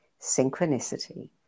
Synchronicity